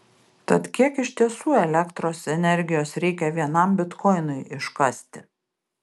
tad kiek iš tiesų elektros energijos reikia vienam bitkoinui iškasti